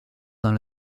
dans